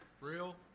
real